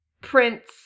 prince